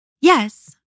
Yes